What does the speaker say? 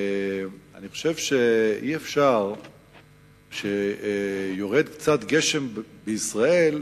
אני חושב שאי-אפשר כשיורד קצת גשם בישראל,